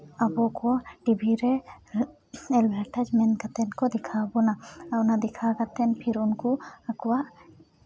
ᱟᱵᱚ ᱠᱚ ᱴᱤᱵᱷᱤ ᱨᱮ ᱮᱰᱵᱷᱮᱴᱟᱡᱽ ᱢᱮᱱ ᱠᱟᱛᱮᱫ ᱠᱚ ᱫᱮᱠᱷᱟᱣ ᱵᱚᱱᱟ ᱚᱱᱟ ᱫᱮᱠᱷᱟᱣ ᱠᱟᱛᱮᱫ ᱯᱷᱤᱨ ᱩᱱᱠᱩ ᱟᱠᱚᱣᱟᱜ